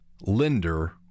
lender